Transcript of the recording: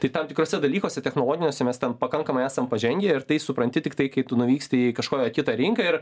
tai tam tikruose dalykuose technologiniuose mes ten pakankamai esam pažengę ir tai supranti tiktai kai tu nuvyksti į kažkokią kitą rinką ir